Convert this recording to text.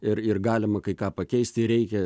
ir ir galima kai ką pakeisti ir reikia